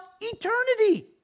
eternity